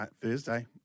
Thursday